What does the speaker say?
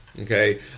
Okay